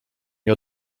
nie